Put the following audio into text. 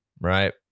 right